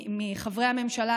מחברי הממשלה,